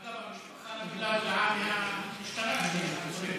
אגב, המשפחה קיבלה הודעה מהמשטרה שיש עצורים.